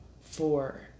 four